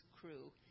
crew